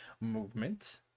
movement